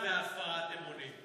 הינני מתכבד להודיעכם,